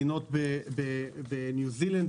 מדינות בניו-זילנד,